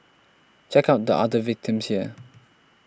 check out the other victims here